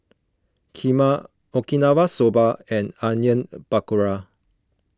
Kheema Okinawa Soba and Onion Pakora